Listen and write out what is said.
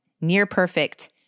near-perfect